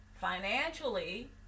Financially